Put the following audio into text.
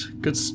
good